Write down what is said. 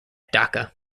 dhaka